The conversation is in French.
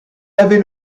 avait